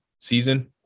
season